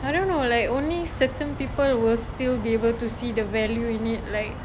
I don't know like only certain people will still be able to see the value in it like